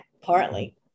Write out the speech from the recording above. partly